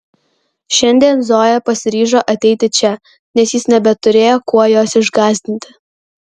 šiandien zoja pasiryžo ateiti čia nes jis nebeturėjo kuo jos išgąsdinti